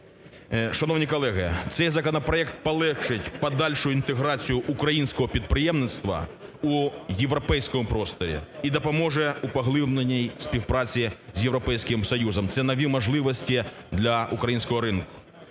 Шановні колеги, цей законопроект полегшить подальшу інтеграцію українського підприємництва у європейському просторі допоможе у поглибленій співпраці з Європейським Союзом, це нові можливості для українського ринку.